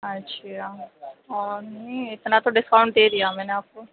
اچھا اور نہیں اتنا تو ڈسکاؤنٹ دے دیا میں نے آپ کو